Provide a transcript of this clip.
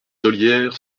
ollières